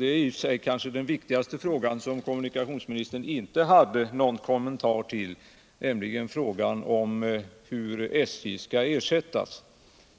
Den andra frågan — och det är kanske den viktigaste —, som kommunikationsministern dock inte hade någon kommentar till, gäller hur SJ skall ersättas